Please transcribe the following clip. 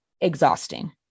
exhausting